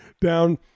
down